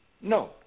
No